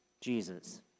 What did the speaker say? Jesus